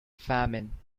famine